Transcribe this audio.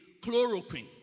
chloroquine